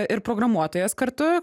ir programuotojas kartu